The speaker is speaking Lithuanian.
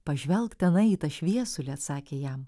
pažvelk tenai į tą šviesulį atsakė jam